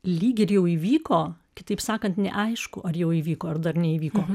lyg ir jau įvyko kitaip sakant neaišku ar jau įvyko ar dar neįvyko